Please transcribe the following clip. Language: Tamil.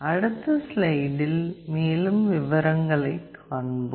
அடுத்த ஸ்லைடில் மேலும் விவரங்களைப் பார்ப்போம்